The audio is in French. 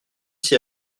s’y